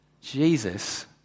Jesus